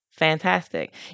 Fantastic